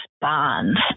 bonds